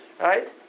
right